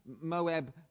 Moab